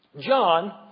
John